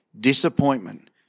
disappointment